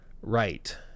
right